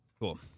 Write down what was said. Cool